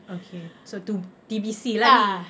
okay so to T_B_C lah ni